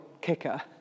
kicker